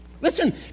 Listen